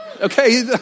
Okay